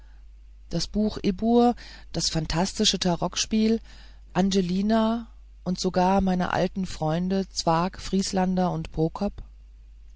das buch ibbur das phantastische tarokspiel angelina und sogar meine alten freunde zwakh vrieslander und